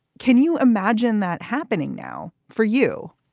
can you imagine that happening now for you?